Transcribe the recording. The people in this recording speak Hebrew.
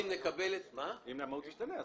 אם המהות תשתנה.